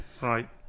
Right